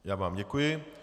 Já vám děkuji.